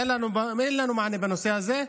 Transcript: אין לנו מענה בנושא הזה.